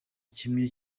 kimwe